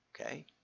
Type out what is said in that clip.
Okay